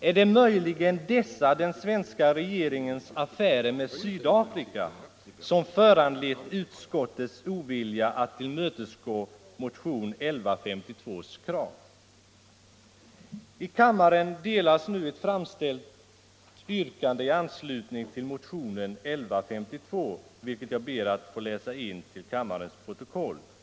Är det möjligen dessa den svenska regeringens affärer med Sydafrika som föranlett utskottets ovilja att tillmötesgå kraven i motionen 1152? I kammaren delas nu ut ett stencilerat yrkande i anslutning till motionen 1152, vilket jag ber att få läsa in i kammarens protokoll.